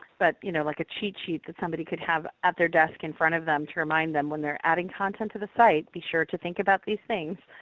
but you know like a cheat sheet that somebody could have at their desk in front of them to remind them, when they're adding content to the site, be sure to think about these things.